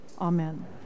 Amen